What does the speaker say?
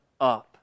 up